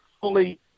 fully